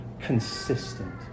consistent